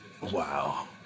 Wow